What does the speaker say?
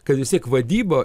kad vis tiek vadyba